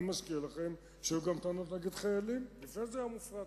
אני מזכיר לכם שהיו גם טענות נגד חיילים לפני שזה היה מופרט.